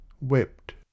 wept